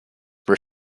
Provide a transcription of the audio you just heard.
were